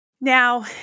Now